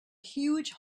huge